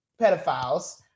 pedophiles